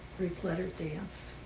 greek letter dance.